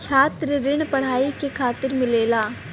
छात्र ऋण पढ़ाई के खातिर मिलेला